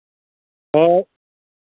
ᱦᱳᱭ